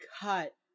cut